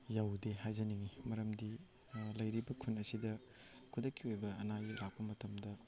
ꯌꯧꯗꯦ ꯍꯥꯏꯖꯅꯤꯡꯉꯤ ꯃꯔꯝꯗꯤ ꯂꯩꯔꯤꯕ ꯈꯨꯟ ꯑꯁꯤꯗ ꯈꯨꯗꯛꯀꯤ ꯑꯣꯏꯕ ꯑꯅꯥ ꯑꯌꯦꯛ ꯂꯥꯛꯄ ꯃꯇꯝꯗ